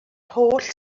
holl